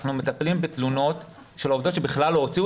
אנחנו מטפלים בתלונות של עובדות שבכלל לא הוציאו